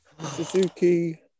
Suzuki